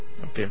Okay